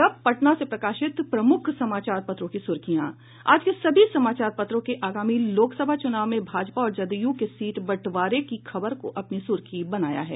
और अब पटना से प्रकाशित प्रमुख समाचार पत्रों की सुर्खियां आज के सभी समाचार पत्रों ने आगामी लोकसभा चुनाव में भाजपा और जदयू के सीट बंटवारे की खबर को अपनी सूर्खी बनाया है